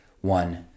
one